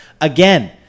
Again